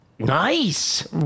Nice